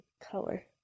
color